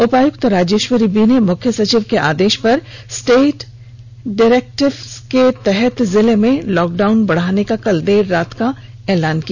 उपायुक्त राजेश्वरी बी ने मुख्य सचिव के आदेश पर स्टेट डिरेक्टवेस के तहत जिले में लॉकडाउन बढ़ाने का कल देर रात का ऐलान किया